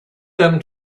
them